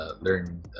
learn